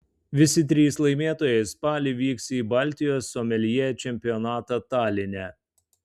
visi trys laimėtojai spalį vyks į baltijos someljė čempionatą taline